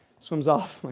swims off. like